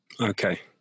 Okay